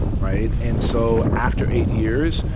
right? and so after eight years,